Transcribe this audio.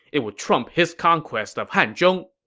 it would trump his conquest of hanzhong!